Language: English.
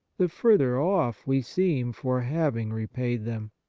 the further off we seem for having repaid them.